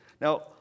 Now